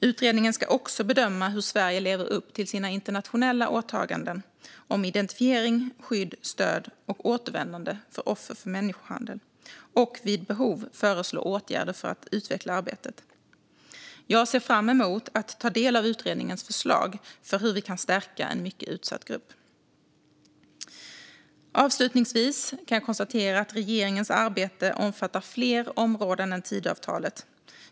Utredningen ska också bedöma hur Sverige lever upp till internationella åtaganden om identifiering, skydd, stöd och återvändande för offer för människohandel och vid behov föreslå åtgärder för att utveckla arbetet. Jag ser fram emot att ta del av utredningens förslag för hur vi kan stärka en mycket utsatt grupp. Avslutningsvis kan jag konstatera att regeringens arbete omfattar fler områden än Tidöavtalet.